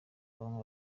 bamwe